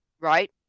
right